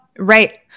Right